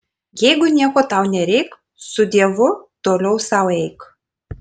jeigu nieko tau nereik su dievu toliau sau eik